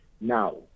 now